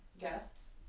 guests